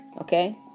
Okay